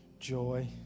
Joy